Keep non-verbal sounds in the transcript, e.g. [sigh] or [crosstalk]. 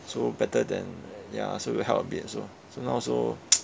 so better than ya so it will help a bit so so now also [noise]